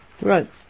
right